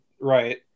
right